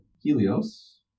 Helios